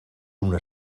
una